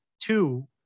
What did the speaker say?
two